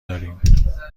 داریم